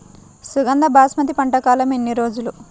సుగంధ బాస్మతి పంట కాలం ఎన్ని రోజులు?